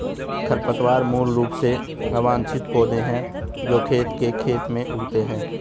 खरपतवार मूल रूप से अवांछित पौधे हैं जो खेत के खेत में उगते हैं